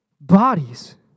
bodies